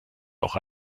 auch